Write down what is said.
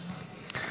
נתקבלה.